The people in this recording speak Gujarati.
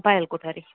પાયલ કોઠારી